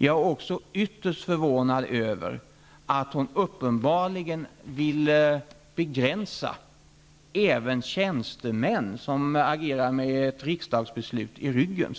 Jag är dessutom ytterst förvånad över att hon uppenbarligen vill begränsa möjligheterna även för tjänstemän som agerar med ett riksdagsbeslut i ryggen